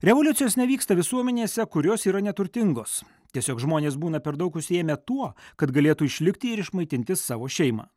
revoliucijos nevyksta visuomenėse kurios yra neturtingos tiesiog žmonės būna per daug užsiėmę tuo kad galėtų išlikti ir išmaitinti savo šeimą